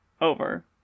over